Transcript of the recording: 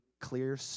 clear